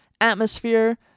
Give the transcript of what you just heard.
Atmosphere